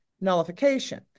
nullification